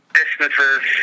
distances